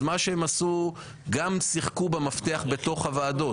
אז הם גם שיחקו במפתח בתוך הוועדות.